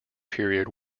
period